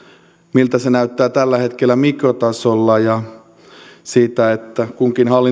miltä se näyttää tällä hetkellä mikrotasolla ja siitä että kunkin